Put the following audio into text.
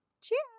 cheers